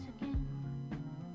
again